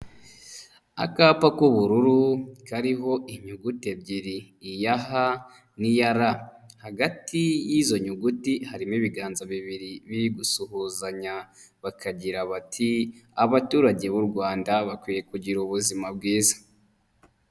Akapa k'ubururu kariho inyuguti ebyiri iya "h" niya "r" hagati y'izo nyuguti harimo ibiganza bibiri biri gusuhuzanya bakagira bati "abaturage b'u Rwanda bakwiye kugira ubuzima bwiza.